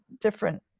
different